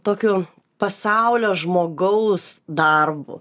tokiu pasaulio žmogaus darbu